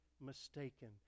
mistaken